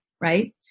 right